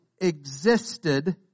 existed